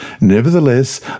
Nevertheless